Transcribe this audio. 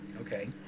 Okay